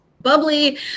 bubbly